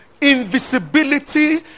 Invisibility